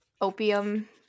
opium